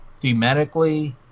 Thematically